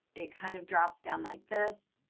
it kind of drops down like this